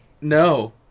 No